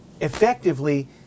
effectively